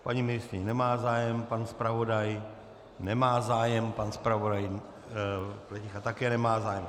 Paní ministryně nemá zájem, pan zpravodaj nemá zájem, pan zpravodaj Pleticha také nemá zájem.